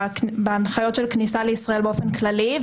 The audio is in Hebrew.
בהנחיות הכניסה לישראל באופן כללי.